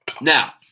Now